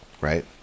right